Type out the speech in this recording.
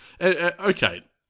Okay